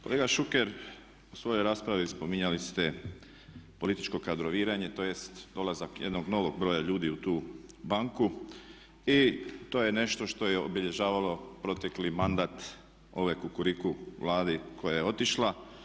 Kolega Šuker, u svojoj raspravi spominjali ste političko kadroviranje tj. dolazak jednog novog broja ljudi u tu banku i to je nešto što je obilježavalo protekli mandat ove Kukuriku vlade koja je otišla.